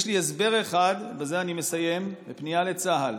יש לי הסבר אחד, ובזה אני מסיים, בפנייה לצה"ל.